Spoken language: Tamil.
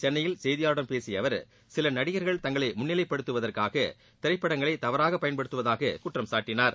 சென்னையில் செய்தியாளா்களிடம் பேசிய அவா் சில நடிகர்கள் தங்களை இன்று முன்னிலைப்படுத்துவதற்காக திரைப்படங்களை தவறாக பயன்படுத்தவதாகக் குற்றம்சாட்டினார்